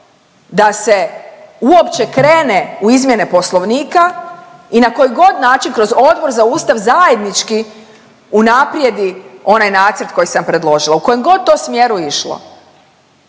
da se uopće krene u izmjene Poslovnika i na koji god način kroz Odbor za Ustav zajednički unaprijedi onaj nacrt koji sam predložila u kojem god to smjeru išlo.